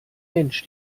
mensch